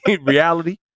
reality